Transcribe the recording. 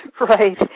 Right